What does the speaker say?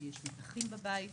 שיש מתחים בבית,